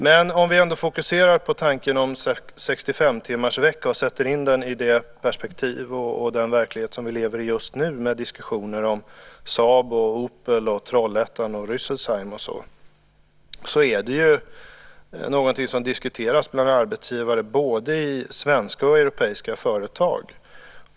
Men om vi ändå fokuserar på tanken om 65-timmarsveckan och sätter in den i det perspektiv och den verklighet som vi lever i just nu, med diskussioner om Saab, Opel, Trollhättan, Rüsselsheim och så vidare, finner vi att detta diskuteras mellan arbetsgivare både i svenska och i andra europeiska företag.